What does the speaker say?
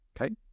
okay